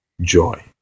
joy